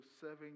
serving